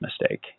mistake